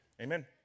amen